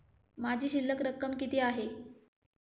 माझी शिल्लक रक्कम किती आहे?